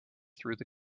through